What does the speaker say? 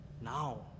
now